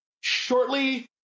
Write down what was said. shortly